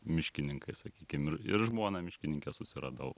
miškininkai sakykim ir ir žmoną miškininkę susiradau